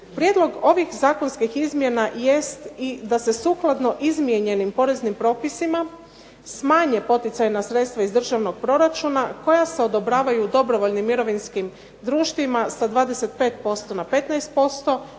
Prijedlog ovih zakonskih izmjena jest i da se sukladno izmijenjenim poreznim propisima smanje poticajna sredstva iz državnog proračuna koja se odobravaju dobrovoljnim mirovinskim društvima sa 25% na 15%